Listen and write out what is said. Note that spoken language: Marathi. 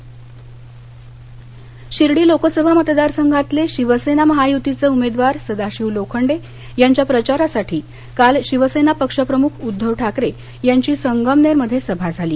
उद्दव अहमदनगर शिर्डी लोकसभा मतदारसंघातले शिवसेना महायुतीचे उमेदवार सदाशिव लोखंडे यांच्या प्रचारासाठी काल शिवसेना पक्ष प्रमुख उद्धव ठाकरे यांची संगमनेरमध्ये सभा झाली